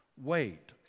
Wait